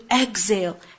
exhale